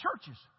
churches